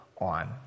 on